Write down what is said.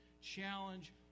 Challenge